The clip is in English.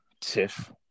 tiff